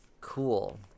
Cool